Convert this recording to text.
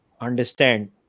understand